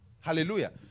Hallelujah